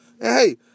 hey